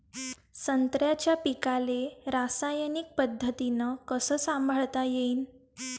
संत्र्याच्या पीकाले रासायनिक पद्धतीनं कस संभाळता येईन?